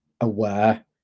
aware